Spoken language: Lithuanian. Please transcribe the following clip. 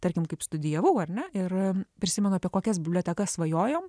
tarkim kaip studijavau ar ne ir prisimenu apie kokias bibliotekas svajojom